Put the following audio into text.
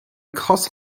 cross